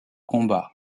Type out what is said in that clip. combat